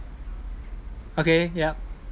okay ya